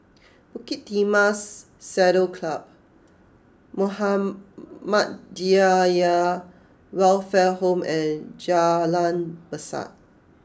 Bukit Timah Saddle Club Muhammadiyah Welfare Home and Jalan Besar